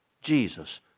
Jesus